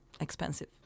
expensive